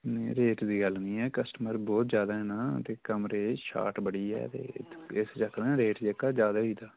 नेईं रेट दी गल्ल नी ऐ कस्टमर बोह्त ज्यादा न ते कमरे दी शार्ट बड़ी ऐ ते इस चक्कर च रेट जेह्का ज्यादा होई गेदा